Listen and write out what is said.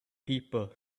people